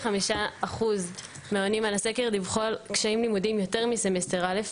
75% מהעונים על הסקר דיווחו על קשיים לימודיים יותר מסמסטר א',